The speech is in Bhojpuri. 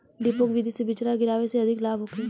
डेपोक विधि से बिचरा गिरावे से अधिक लाभ होखे?